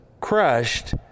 crushed